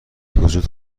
وجود